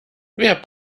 wer